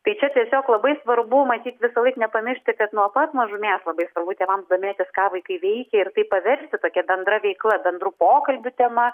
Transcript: tai čia tiesiog labai svarbu matyt visąlaik nepamiršti kad nuo pat mažumės labai svarbu tėvam domėtis ką vaikai veikia ir tai paversti tokia bendra veikla bendrų pokalbių tema